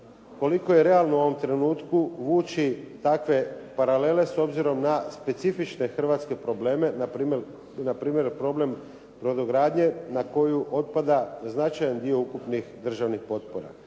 koliko je realno u ovom trenutku vući takve paralele s obzirom na specifične hrvatske probleme, na primjer problem brodogradnje na koju otpada značajan dio ukupnih državnih potpora.